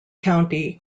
county